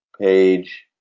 page